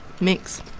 Mix